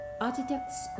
architects